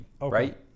right